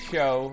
Show